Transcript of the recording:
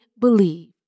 believe